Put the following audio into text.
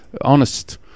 Honest